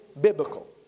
biblical